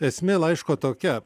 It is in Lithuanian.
esmė laiško tokia